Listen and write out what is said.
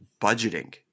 budgeting